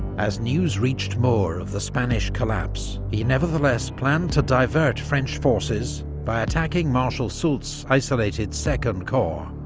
as news reached moore of the spanish collapse, he nevertheless planned to divert french forces by attacking marshal soult's isolated second corps,